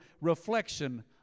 reflection